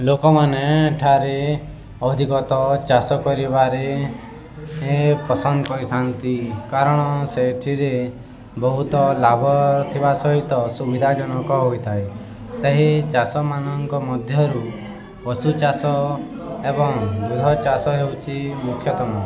ଲୋକମାନେ ଠାରେ ଅଧିକତଃ ଚାଷ କରିବାରେ ପସନ୍ଦ କରିଥାନ୍ତି କାରଣ ସେଥିରେ ବହୁତ ଲାଭ ଥିବା ସହିତ ସୁବିଧାଜନକ ହୋଇଥାଏ ସେହି ଚାଷମାନଙ୍କ ମଧ୍ୟରୁ ପଶୁଚାଷ ଏବଂ ଦୁଧ ଚାଷ ହେଉଛିି ମୁଖ୍ୟତମ